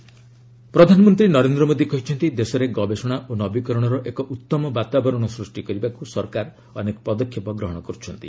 PM science day ପ୍ରଧାନମନ୍ତ୍ରୀ ନରେନ୍ଦ୍ର ମୋଦୀ କହିଛନ୍ତି ଦେଶରେ ଗବେଷଣା ଓ ନବୀକରଣର ଏକ ଉତ୍ତମ ବାତାବରଣ ସୂଷ୍ଟି କରିବାକୁ ସରକାର ଅନେକ ପଦକ୍ଷେପ ଗ୍ରହଣ କରୁଛନ୍ତି